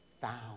found